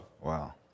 Wow